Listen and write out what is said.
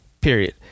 Period